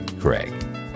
Craig